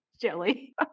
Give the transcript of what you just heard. jelly